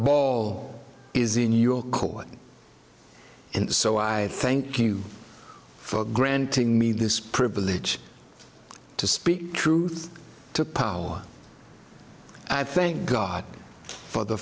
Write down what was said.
ball is in your court and so i thank you for granting me this privilege to speak truth to power i thank god for the